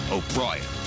O'Brien